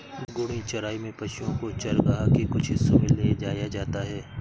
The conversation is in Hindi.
घूर्णी चराई में पशुओ को चरगाह के कुछ हिस्सों में ले जाया जाता है